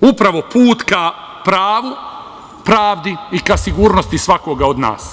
upravo put ka pravu, pravdi i ka sigurnosti svakoga od nas?